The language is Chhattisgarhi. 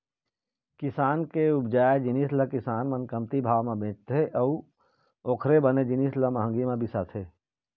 किसान के उपजाए जिनिस ल किसान मन कमती भाव म बेचथे अउ ओखरे बने जिनिस ल महंगी म बिसाथे